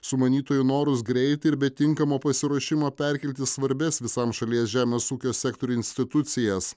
sumanytojų norus greitai ir be tinkamo pasiruošimo perkelti svarbias visam šalies žemės ūkio sektorių institucijas